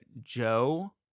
Joe